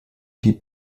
die